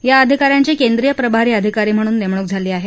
या अधिका यांची केंद्रीय प्रभारी अधिकारी म्हणून नेमणूक झाली आहे